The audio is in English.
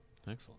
excellent